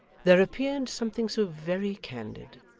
there appeared something so very candid,